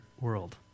world